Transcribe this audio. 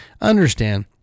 Understand